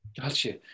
Gotcha